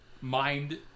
mind